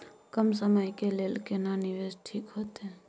कम समय के लेल केना निवेश ठीक होते?